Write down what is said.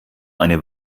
eine